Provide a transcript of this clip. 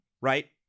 right